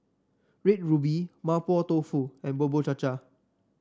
Red Ruby Mapo Tofu and Bubur Cha Cha